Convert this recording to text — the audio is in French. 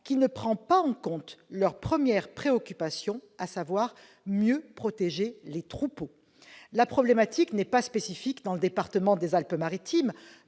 qui ne prend pas en compte leur première préoccupation : mieux protéger leurs troupeaux. La problématique n'est pas spécifique aux Alpes-Maritimes,